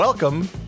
Welcome